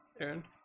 Aaron